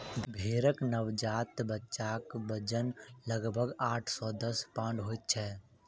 भेंड़क नवजात बच्चाक वजन लगभग आठ सॅ दस पाउण्ड होइत छै